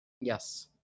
Yes